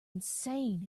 insane